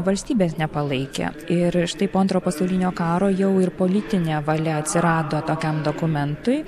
valstybės nepalaikė ir štai po antro pasaulinio karo jau ir politinė valia atsirado tokiam dokumentui